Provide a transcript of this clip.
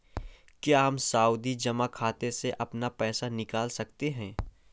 क्या हम सावधि जमा खाते से अपना पैसा निकाल सकते हैं?